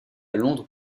londres